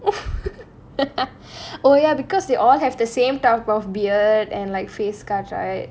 oh ya because they all have the same type of beard and like face cards right